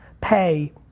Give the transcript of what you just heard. pay